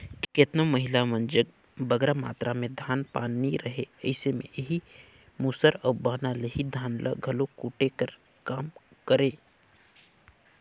केतनो महिला मन जग बगरा मातरा में धान पान नी रहें अइसे में एही मूसर अउ बहना ले ही धान ल घलो कूटे कर काम करें